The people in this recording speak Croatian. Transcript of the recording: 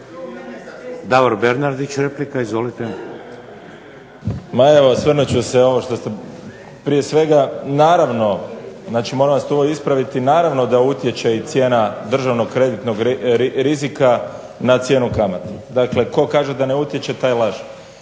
**Bernardić, Davor (SDP)** Ma evo osvrnut ću se na ovo. Prije svega naravno moram vas tu ispraviti, naravno da tu utječe cijena državnog kreditnog rizika na cijenu kamata, dakle tko kaže da ne utječe taj laže.